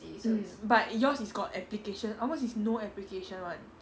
mm but yours is got application ours is no application one